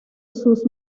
sus